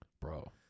Bro